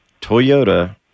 Toyota